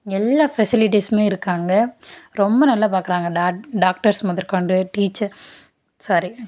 எல்லா ஃபெசிலிட்டிஸுமே இருக்கு அங்கே ரொம்ப நல்லா பார்க்குறாங்க டா டாக்டர்ஸ் முதற்கொண்டு டீச்சர் சாரி